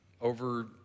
over